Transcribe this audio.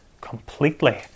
completely